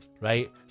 right